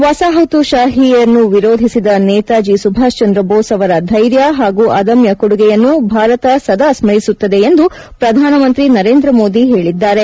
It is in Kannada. ವಸಾಹತುಶಾಹಿತ್ವವನ್ನು ವಿರೋಧಿಸಿದ ನೇತಾಜಿ ಸುಭಾಷ್ಚಂದ್ರ ಬೋಸ್ ಅವರ ಧೈರ್ಯ ಹಾಗೂ ಅದಮ್ಯ ಕೊಡುಗೆಯನ್ನು ಭಾರತ ಸದಾ ಸ್ಟರಿಸುತ್ತದೆ ಎಂದು ಪ್ರಧಾನಮಂತ್ರಿ ನರೇಂದ್ರ ಮೋದಿ ಹೇಳಿದ್ದಾರೆ